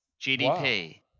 GDP